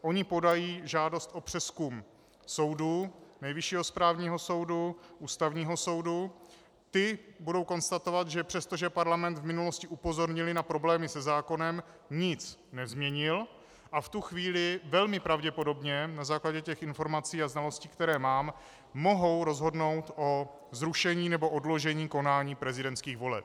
Oni podají žádost o přezkum soudu, Nejvyššího správního soudu, Ústavního soudu, ty budou konstatovat, že přestože parlament v minulosti upozornily na problémy se zákonem, nic nezměnil, a v tu chvíli velmi pravděpodobně na základě těch informací a znalostí, které mám, mohou rozhodnout o zrušení nebo odložení konání prezidentských voleb.